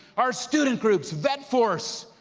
our student groups, vet force,